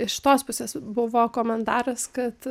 iš tos pusės buvo komentaras kad